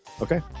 Okay